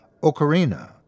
ocarina